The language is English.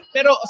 Pero